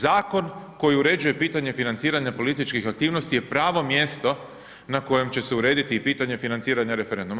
Zakon koji uređuje pitanje financiranja političkih aktivnosti je pravo mjesto na kojem će se urediti i pitanje financiranja referenduma.